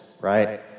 right